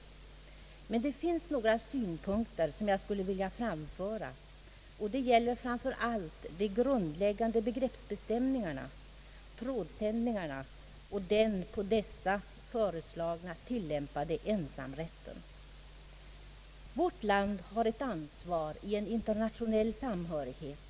Det finns dock några synpunkter som jag skulle vilja framföra, och det gäller då framför allt de grundläggande begreppsbestämningarna, <trådsändningarna och den på dessa föreslagna tilllämpade ensamrätten. Vårt land har ett ansvar i en internationell samhörighet.